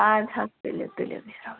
آدٕ حظ تُلِو تُلِو بِہِو رۅبس